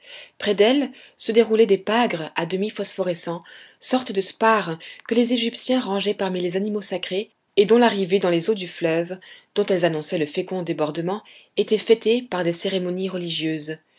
près d'elles se déroulaient des pagres à demi phosphorescents sortes de spares que les égyptiens rangeaient parmi les animaux sacrés et dont l'arrivée dans les eaux du reuve dont elles annonçaient le fécond débordement était fêtée par des cérémonies religieuses